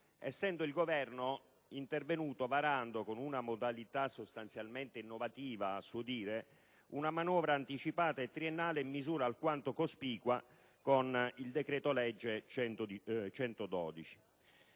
essendo il Governo intervenuto varando, con una modalità sostanzialmente innovativa, a suo dire, una manovra anticipata e triennale in misura alquanto cospicua con il decreto-legge n.